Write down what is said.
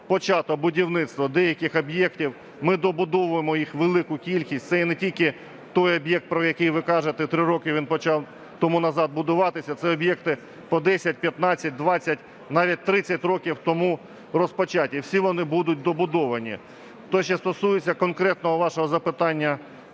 почато будівництво деяких об'єктів. Ми добудовуємо їх велику кількість. Це є не тільки той об'єкт, про який ви кажете, три роки він почав тому назад будуватися, це об'єкти по 10-15-20 навіть 30 років тому розпочаті. Всі вони будуть добудовані. Те, що стосується конкретного вашого запитання